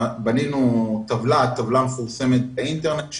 בנינו טבלה שמפורסמת באינטרנט,